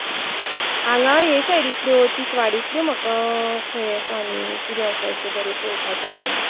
हांगां हें सायडिंतल्यो तिसवाडींतल्यो म्हाका खंय आसा आनी कितें आसा अशें बरें पळोवपा सारकें